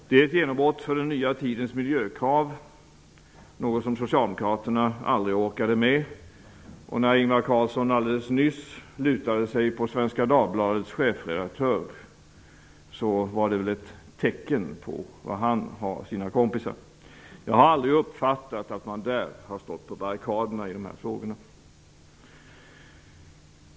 Det är ett genombrott för den nya tidens miljökrav, något som socialdemokraterna aldrig orkade med. Och när Ingvar Carlsson alldeles nyss lutade sig mot Svenska Dagbladets chefredaktör var det väl ett tecken på var han har sina kompisar. Jag har aldrig uppfattat att man där har stått på barrikaderna i dessa frågor.